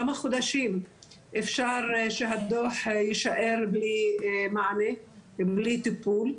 כמה חודשים אפשר שהדו"ח יישאר בלי מענה ובלי טיפול.